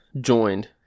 joined